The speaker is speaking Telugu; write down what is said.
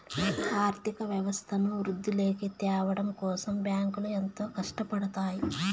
ఆర్థిక వ్యవస్థను వృద్ధిలోకి త్యావడం కోసం బ్యాంకులు ఎంతో కట్టపడుతాయి